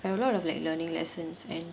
there were a lot of like learning lessons and